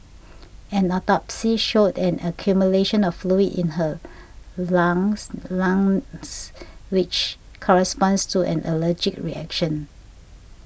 an autopsy showed an accumulation of fluid in her longs longs which corresponds to an allergic reaction